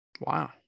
Wow